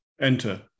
enter